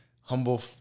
humble